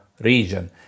region